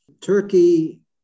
Turkey